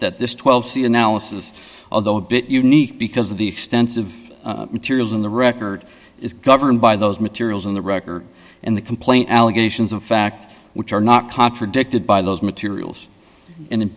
that this twelve seat analysis although a bit unique because of the extensive materials in the record is governed by those materials in the record and the complaint allegations of fact which are not contradicted by those materials in